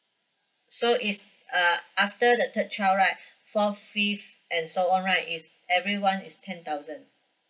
so is uh after the third child right fourth fifth and so on right is everyone is ten thousand